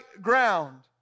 ground